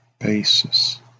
basis